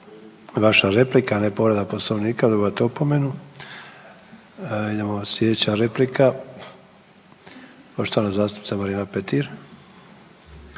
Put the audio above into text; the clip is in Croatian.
vaša replika, a ne povreda Poslovnika, dobivate opomenu. Idemo slijedeća replika, poštovana zastupnica Marijana Petir.